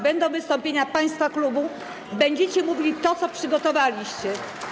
Będą wystąpienia państwa klubu, będziecie mówili to, co przygotowaliście.